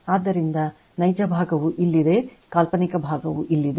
ಆದ್ದರಿಂದ ನೈಜ ಭಾಗವು ಇಲ್ಲಿದೆ ಮತ್ತು ಕಾಲ್ಪನಿಕ ಭಾಗವು ಇಲ್ಲಿದೆ